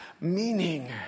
meaning